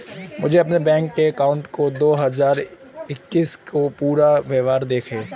मुझे अपने bank account का दो हज़ार इक्कीस का पूरा विवरण दिखाएँ?